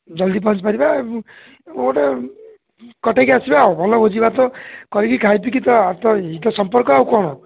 ଜଲ୍ଦି ପହଞ୍ଚିପାରିବା ଏବଂ ଗୋଟେ କଟେଇକି ଆସିବା ଆଉ ଭଲ ଭୋଜି ଭାତ କରିକି ଖାଇ ପିଇକି ତ ତ ଏଇ ତ ସମ୍ପର୍କ ଆଉ କ'ଣ